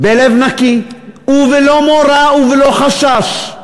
בלב נקי ובלא מורא ובלא חשש.